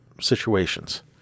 situations